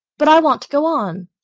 but i want to go on!